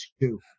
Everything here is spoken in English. two